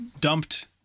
dumped